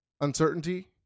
uncertainty